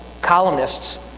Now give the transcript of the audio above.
columnists